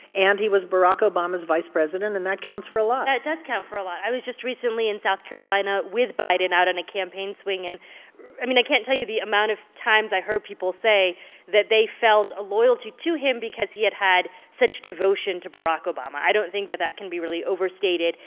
and he was barack obama's vice president, and that counts for a lot that does count for a lot. i was just recently in south carolina with biden out on and a campaign swing, and i mean, i can't tell you the amount of times i heard people say that they felt a loyalty to him because he had had such devotion to barack obama. i don't think that that can be really overstated.